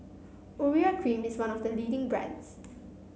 Urea Cream is one of the leading brands